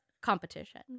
competition